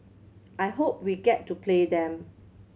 I hope we get to play them